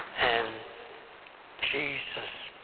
and jesus